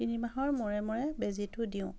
তিনিমাহৰ মূৰে মূৰে বেজীটো দিওঁ